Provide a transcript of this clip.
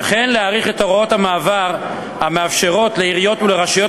וכן להאריך את הוראות המעבר המאפשרות לעיריות ולרשויות